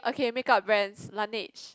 okay make up brands Laneige